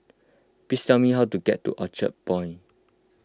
please tell me how to get to Orchard Point